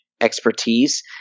expertise